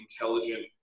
intelligent